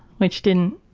which didn't,